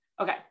Okay